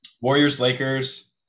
Warriors-Lakers